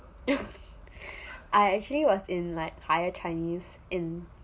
I actually was in like higher chinese in